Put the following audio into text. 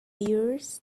yours